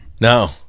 no